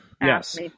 yes